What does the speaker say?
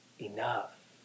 enough